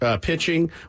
pitching